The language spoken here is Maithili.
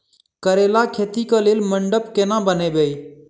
करेला खेती कऽ लेल मंडप केना बनैबे?